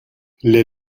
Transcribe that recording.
les